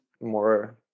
more